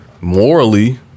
Morally